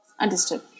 understood